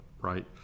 right